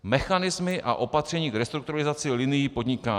n) mechanismy a opatření k restrukturalizaci linií podnikání,